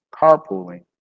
carpooling